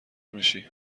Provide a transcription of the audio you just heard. میشی